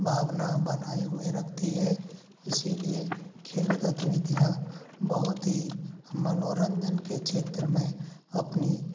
भावना बनाए हुए रखती है इसलिए खेल गतिविधियाँ बहुत ही मनोरंजन के क्षेत्र में अपनी